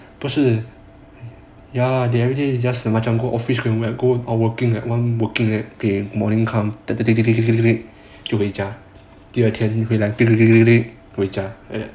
ya they everyday just machiam go office criminal code like working [one] working they morning come 回家 then the next day 回家